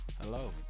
Hello